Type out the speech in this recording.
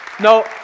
No